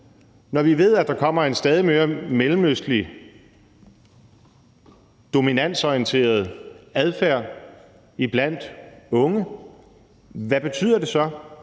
Når vi ved, at der kommer en stadig mere mellemøstlig dominansorienteret adfærd iblandt unge, hvad betyder det så?